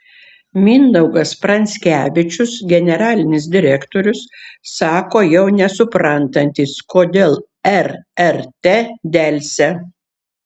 mindaugas pranskevičius generalinis direktorius sako jau nesuprantantis kodėl rrt delsia